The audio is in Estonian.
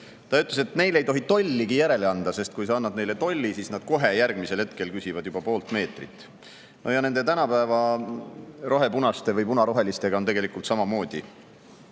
Ta ütles, et neile ei tohi tolligi järele anda, sest kui sa annad neile tolli, siis nad kohe järgmisel hetkel küsivad juba poolt meetrit. Ja nende tänapäeva rohepunaste või punarohelistega on tegelikult samamoodi.